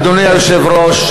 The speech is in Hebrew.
אדוני היושב-ראש,